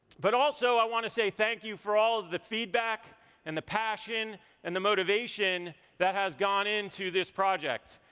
but also i want to say thank you for all of the feedback and the passion and the motivation that has gone into this project.